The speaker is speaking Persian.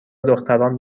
دختران